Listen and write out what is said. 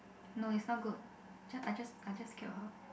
no it's not good just I just I just killed her